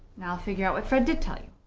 now i'll figure out what fred did tell you.